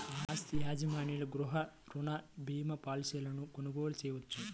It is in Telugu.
ఆస్తి యజమానులు గృహ రుణ భీమా పాలసీలను కొనుగోలు చేయవచ్చు